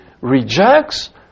rejects